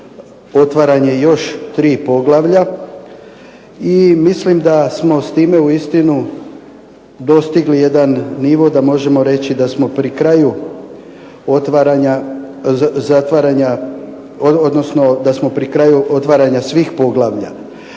otvaranje još tri poglavlja i mislim da smo time uistinu dostigli jedan nivo da možemo reći da smo pri kraju otvaranja svih poglavlja.